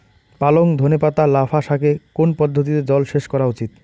পালং ধনে পাতা লাফা শাকে কোন পদ্ধতিতে জল সেচ করা উচিৎ?